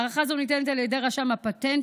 הארכה זו ניתנה על ידי רשם הפטנטים